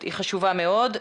היא חשובה מאוד.